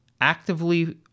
actively